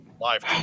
live